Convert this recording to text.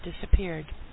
disappeared